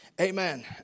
Amen